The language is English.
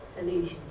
illusions